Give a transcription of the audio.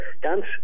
ganz